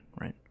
right